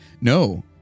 No